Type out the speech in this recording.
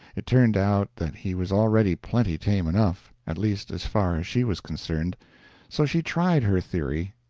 it turned out that he was already plenty tame enough at least as far as she was concerned so she tried her theory,